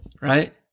right